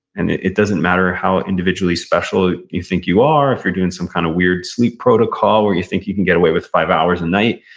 and it it doesn't matter how individually special you think you are, if you're doing some kind of weird sleep protocol where you think you can get away with five hours a night,